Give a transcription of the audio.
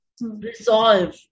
resolve